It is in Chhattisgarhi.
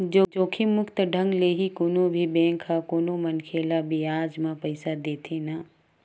जोखिम मुक्त ढंग ले ही कोनो भी बेंक ह कोनो मनखे ल बियाज म पइसा देथे न